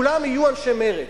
הייתי שמח שכולם יהיו אנשי מרצ,